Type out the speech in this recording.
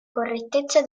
correttezza